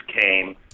came